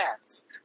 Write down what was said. chance